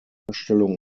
herstellung